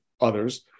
others